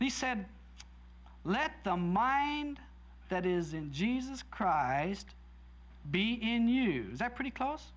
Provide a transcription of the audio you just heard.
yet he said let the mind that is in jesus christ be in use that pretty close